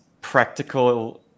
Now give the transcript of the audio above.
practical